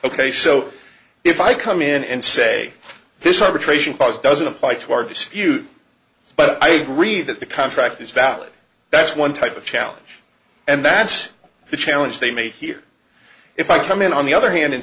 ok so if i come in and say this arbitration clause doesn't apply to our dispute but i agree that the contract is valid that's one type of challenge and that's the challenge they made here if i come in on the other hand